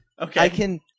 Okay